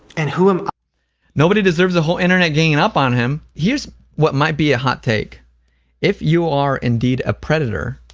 and who am nobody deserves the whole internet ganging up on him? here's what might be a hot take if you are indeed a pr-dator,